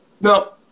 no